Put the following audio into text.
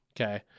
Okay